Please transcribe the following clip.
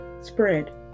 Spread